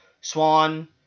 Swan